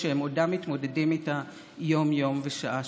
כי הם חוסים תחת חוק מיוחד שנחקק במיוחד בשבילם,